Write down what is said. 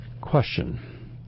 Question